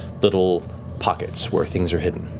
little pockets where things are hidden,